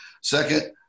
Second